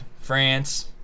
France